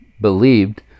believed